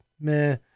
Meh